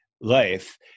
life